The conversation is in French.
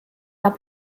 par